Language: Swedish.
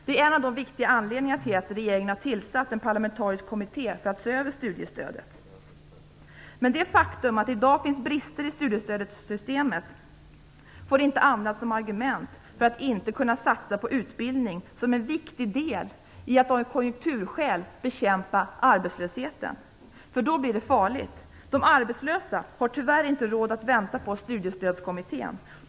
Det är en av de viktiga anledningarna till att regeringen har tillsatt en parlamentarisk kommitté för att se över studiestödet. Men det faktum att det i dag finns brister i studiestödssystemet får inte användas som argument för att inte satsa på utbildning som en viktig del när det gäller att av konjunkturskäl bekämpa arbetslösheten, för då blir det farligt. De arbetslösa har tyvärr inte råd att vänta på Studiestödskommittén.